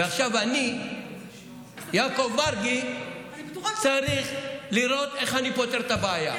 ועכשיו אני יעקב מרגי צריך לראות איך אני פותר את הבעיה.